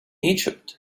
egypt